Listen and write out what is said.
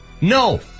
no